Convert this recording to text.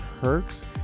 perks